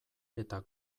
eta